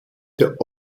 der